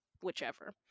whichever